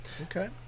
Okay